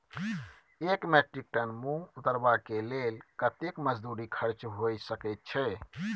एक metric ton मूंग उतरबा के लेल कतेक मजदूरी खर्च होय सकेत छै?